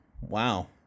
wow